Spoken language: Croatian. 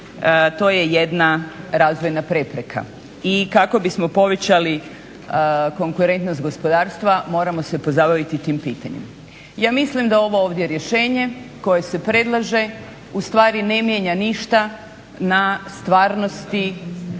to je jedna razvojna prepreka i kako bismo povećali konkurentnost gospodarstva moramo se pozabaviti tim pitanjem. Ja mislim da ovo ovdje rješenje koje se predlaže ustvari ne mijenja ništa na stvarnosti